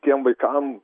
tiem vaikam